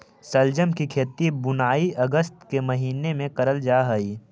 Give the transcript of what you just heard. शलजम की खेती बुनाई अगस्त के महीने में करल जा हई